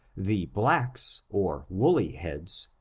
the blacks, or woolly heads,